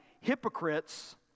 hypocrites